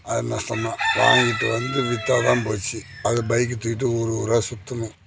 அது நஷ்டம் தான் வாங்கிட்டு வந்து விற்றா தான் போச்சு அது பைக்கை தூக்கிட்டு ஊர் ஊராக சுற்றணும்